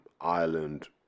Ireland